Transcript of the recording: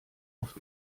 oft